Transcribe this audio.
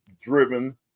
driven